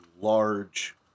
large